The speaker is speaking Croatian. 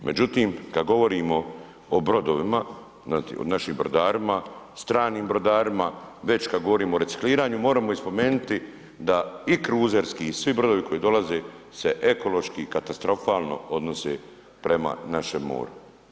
Međutim, kada govorimo o brodovima, našim brodarima, stranim brodarima već kada govorimo o recikliranju, moramo spomenuti da i kruzerski svi brodovi koji dolaze se ekološki i katastrofalno odnose prema našem moru.